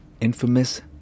Infamous